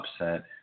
upset